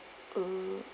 uh